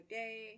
day